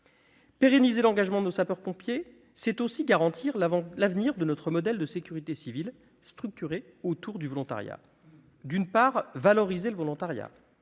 Pérenniser l'engagement des sapeurs-pompiers, c'est aussi garantir l'avenir de notre modèle de sécurité civile structuré autour du volontariat. Il s'agit donc de valoriser le volontariat.